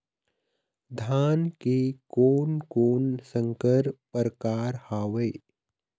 धान के कोन कोन संकर परकार हावे?